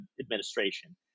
administration